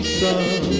sun